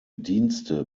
dienste